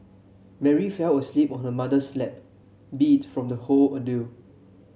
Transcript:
Mary fell asleep on her mother's lap beat from the whole ordeal